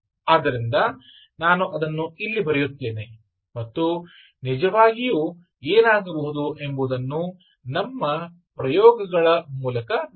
ಆದ್ದರಿಂದ ನಾನು ಅದನ್ನು ಇಲ್ಲಿ ಬರೆಯುತ್ತೇನೆ ಮತ್ತು ನಿಜವಾಗಿ ಏನಾಗಬಹುದು ಎಂಬುದನ್ನು ನಮ್ಮ ಪ್ರಯೋಗಗಳ ಮೂಲಕ ನೋಡೋಣ